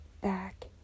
back